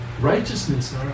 righteousness